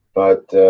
but.